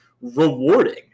rewarding